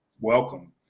welcome